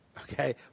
okay